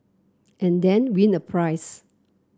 and then win a prize